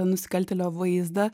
nusikaltėlio vaizdą